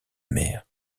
mère